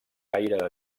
gaire